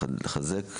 או לחזק,